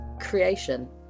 creation